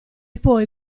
poi